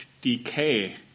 decay